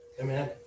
Amen